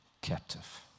captive